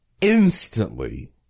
instantly